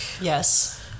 Yes